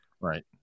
right